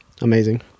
Amazing